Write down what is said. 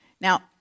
Now